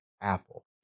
Apple